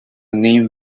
name